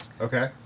Okay